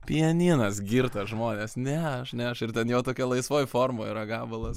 pianinas girtas žmonės ne aš ne aš ir ten jo tokia laisvoj formoj yra gabalas